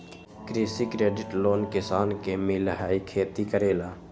कृषि credit loan किसान के मिलहई खेती करेला?